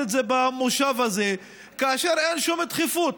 את זה במושב הזה כאשר אין שום דחיפות.